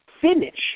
finish